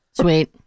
Sweet